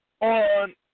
on